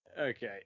Okay